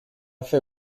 fer